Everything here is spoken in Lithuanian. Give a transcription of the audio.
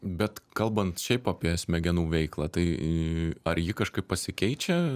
bet kalbant šiaip apie smegenų veiklą tai ar ji kažkaip pasikeičia